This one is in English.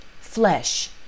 Flesh